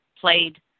played